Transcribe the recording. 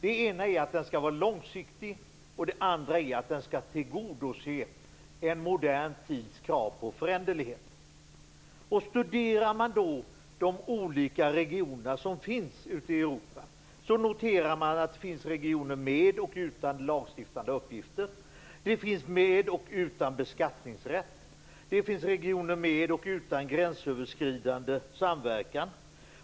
Det ena är att den skall vara långsiktig, och det andra är att den skall tillgodose en modern tids krav på föränderlighet. Studerar man då de olika regioner som finns ute i Europa, noterar man att det finns regioner med och utan lagstiftande uppgifter. Det finns regioner med och utan beskattningsrätt. Det finns regioner med och utan gränsöverskridande samverkan.